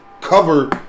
cover